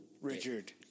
Richard